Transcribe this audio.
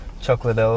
Chocolate